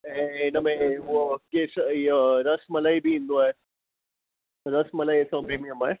ऐं इनमें उहो केस इहो रसमलाई बि इंदो आहे रसमलाई असांजो प्रीमियम आहे